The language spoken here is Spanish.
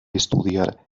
estudiar